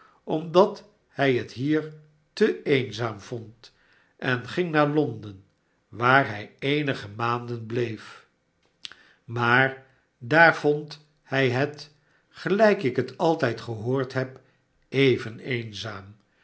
omdat hij het hier te eenzaam vond en ging naar londen waar hij eenige maanden bleef maar daar vond hij het gelijk ik het altijd gehoord heb even eenzaam